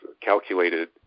calculated